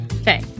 Okay